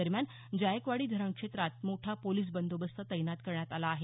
दरम्यान जायकवाडी धरण क्षेत्रात मोठा पोलिस बंदोबस्त तैनात करण्यात आला आहे